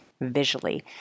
visually